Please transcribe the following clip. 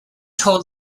told